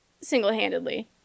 single-handedly